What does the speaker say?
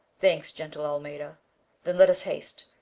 thanks, gentle almeda then let us haste,